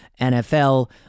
NFL